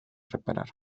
reparar